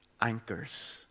anchors